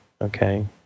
Okay